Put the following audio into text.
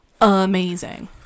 amazing